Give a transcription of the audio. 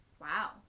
Wow